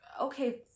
okay